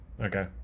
Okay